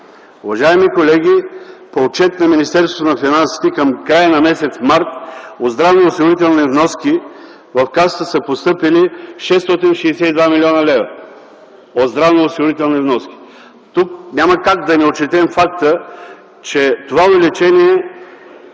Уважаеми колеги, по отчет на Министерството на финансите към края на м. март от здравноосигурителни вноски в Касата са постъпили 662 млн. лв. Тук няма как да не отчетем факта, че това увеличение